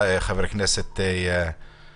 חבר הכנסת כסיף.